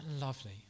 lovely